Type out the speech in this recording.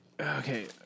okay